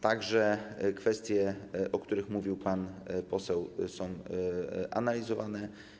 Także kwestie, o których mówił pan poseł, są analizowane.